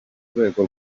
rwego